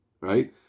right